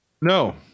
No